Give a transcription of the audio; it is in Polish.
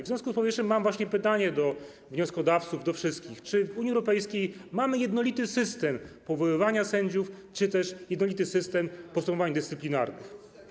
W związku z powyższym mam pytanie do wnioskodawców, do wszystkich: Czy w Unii Europejskiej mamy jednolity system powoływania sędziów czy też jednolity system postępowań dyscyplinarnych?